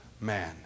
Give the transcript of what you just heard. man